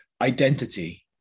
identity